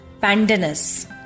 pandanus